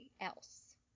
else